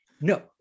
No